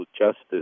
justice